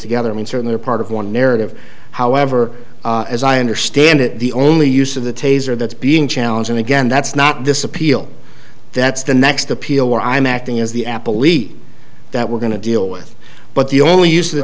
together and certainly are part of one narrative however as i understand it the only use of the taser that's being challenged and again that's not this appeal that's the next appeal where i'm acting as the apple e that we're going to deal with but the only use the